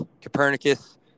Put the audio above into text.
Copernicus